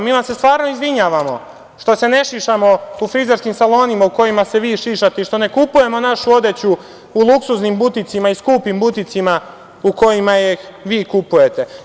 Mi vam se stvarno izvinjavamo što se ne šišamo u frizerskim salonima u kojima se vi šišate, i što ne kupujemo našu odeću u luksuznim buticima i skupim buticima u kojima ih vi kupujete.